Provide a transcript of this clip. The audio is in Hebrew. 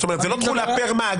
זאת אומרת זה לא תחולה פר מאגר,